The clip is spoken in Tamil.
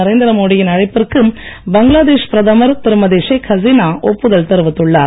நரேந்திர மோடியின் அழைப்பிற்கு பங்களாதேஷ் பிரதமர் திருமதி ஷேக் ஹசீனா ஒப்புதல் தெரிவித்துள்ளார்